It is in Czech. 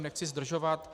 Nechci zdržovat.